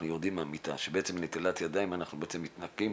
מהמיטה, שבעצם נטילת ידיים אנחנו בעצם מתנקים